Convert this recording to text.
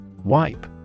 Wipe